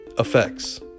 Effects